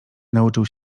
nauczył